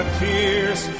tears